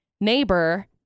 neighbor